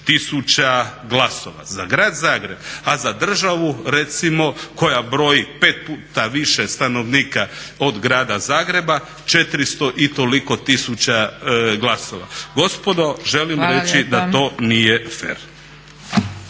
tisuća glasova za grad Zagreb, a za državu recimo koja broji pet puta više stanovnika od grada Zagreba 400 i toliko tisuća glasova. Gospodo želim reći da to nije fer.